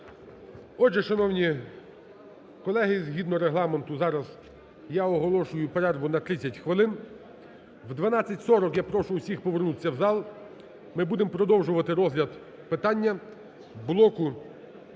Отже, шановні колеги, згідно Регламенту зараз я оголошую перерву на 30 хвилин. О 12.40 я прошу всіх повернутися в зал, ми будемо продовжувати розгляд питання блоку